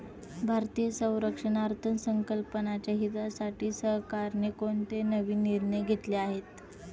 भारतीय संरक्षण अर्थसंकल्पाच्या हितासाठी सरकारने कोणते नवीन निर्णय घेतले आहेत?